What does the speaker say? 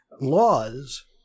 laws